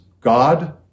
God